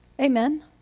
Amen